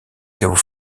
caveau